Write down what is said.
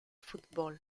fútbol